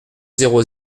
zéro